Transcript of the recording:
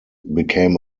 became